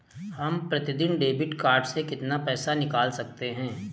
हम प्रतिदिन debit card से कितना पैसा निकाल सकते हैं?